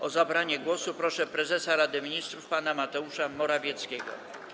O zabranie głosu proszę prezesa Rady Ministrów pana Mateusza Morawieckiego.